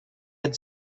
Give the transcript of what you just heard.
had